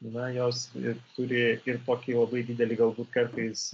na jos ir turi ir tokį labai didelį galbūt kartais